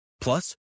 Plus